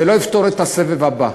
זה לא יפתור את הסבב הבא,